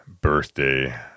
birthday